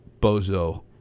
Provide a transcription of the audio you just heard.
bozo